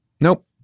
Nope